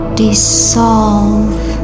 dissolve